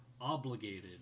obligated